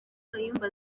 kayumba